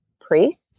priests